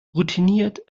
routiniert